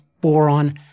boron